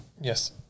yes